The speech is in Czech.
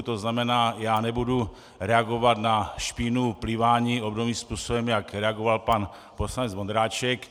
To znamená, já nebudu reagovat na špínu pliváním obdobným způsobem, jak reagoval pan poslanec Vondráček.